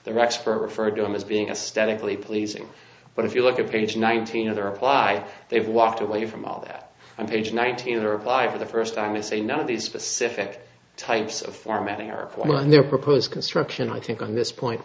their expert referred to them as being a statically pleasing but if you look at page nineteen other apply they've walked away from all that page nineteen or apply for the first time they say none of these specific types of formatting are one their proposed construction i think on this point